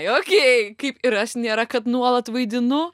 okei kaip ir aš nėra kad nuolat vaidinu